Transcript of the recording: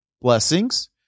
blessings